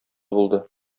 булды